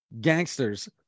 gangsters